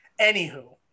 Anywho